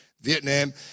Vietnam